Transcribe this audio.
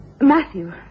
Matthew